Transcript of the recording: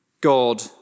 God